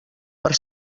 per